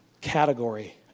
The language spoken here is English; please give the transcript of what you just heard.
category